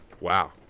Wow